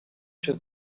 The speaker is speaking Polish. się